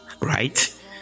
right